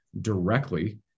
directly